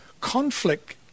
conflict